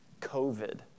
covid